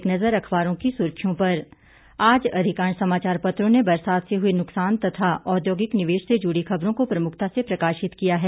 एक नज़र अखबारों की सुर्खियों पर आज अधिकांश समाचार पत्रों ने बरसात से हुए नुक्सान तथा औद्योगिक निवेश से जुड़ी खबरों को प्रमुखता से प्रकाशित किया है